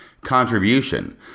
contribution